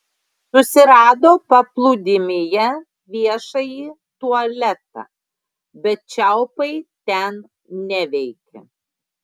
susirado paplūdimyje viešąjį tualetą bet čiaupai ten neveikė